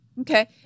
Okay